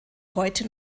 heute